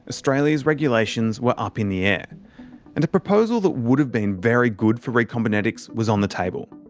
australia's regulations were up in the air and a proposal that would have been very good for recombinetics was on the table.